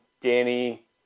Danny